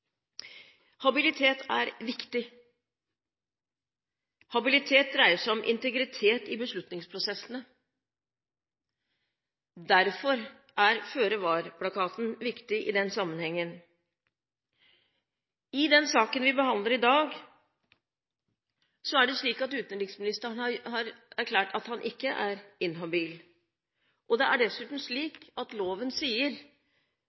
Habilitet er viktig. Habilitet dreier seg om integritet i beslutningsprosessene. Derfor er føre-var-plakaten viktig i den sammenhengen. I den saken vi behandler i dag, er det slik at utenriksministeren har erklært at han ikke er inhabil. Det er dessuten slik at loven sier,